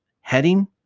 heading